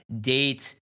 date